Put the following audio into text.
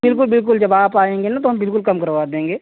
बिल्कुल बिल्कुल जब आप आएंगे ना तो हम बिल्कुल कम करवा देंगे